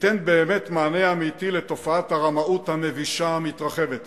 תיתן באמת מענה אמיתי לתופעת הרמאות המבישה המתרחבת הזאת?